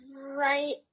right